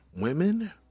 women